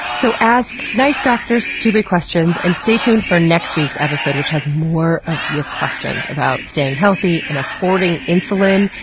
so ask nice doctors stupid questions and stay tuned for next week's episode, which has more of your questions about staying healthy, and affording insulin,